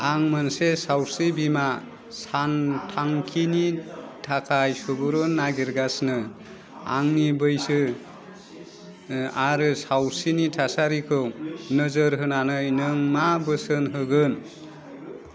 आं मोनसे सावस्रि बिमा सानथांखिनि थाखाय सुबुरुन नागिरगासिनो आंनि बैसो आरो सावस्रिनि थासारिखौ नोजोर होनानै नों मा बोसोन होगोन